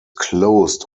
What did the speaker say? closed